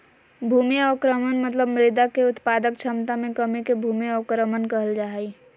भूमि अवक्रमण मतलब मृदा के उत्पादक क्षमता मे कमी के भूमि अवक्रमण कहल जा हई